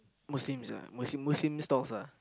Muslims ah Muslim Muslim stalls ah